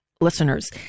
listeners